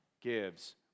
gives